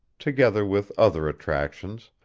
together with other attractions,